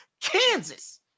Kansas